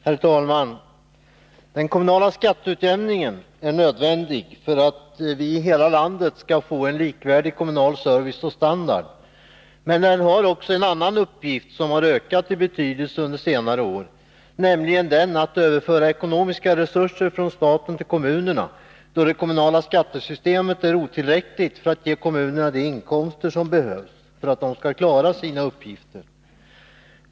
Herr talman! Den kommunala skatteutjämningen är nödvändig för att vi i hela landet skall få likvärdig kommunal service och standard. Men den har också en annan uppgift, som ökat i betydelse under senare år, nämligen att överföra ekonomiska resurser från staten till kommunerna, då det kommunala skattesystemet är otillräckligt för att ge kommunerna de inkomster som behövs för att de skall klara sina uppgifter.